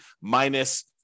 minus